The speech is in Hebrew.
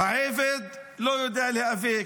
העבד לא יודע להיאבק,